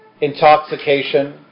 intoxication